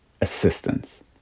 assistance